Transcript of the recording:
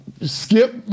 Skip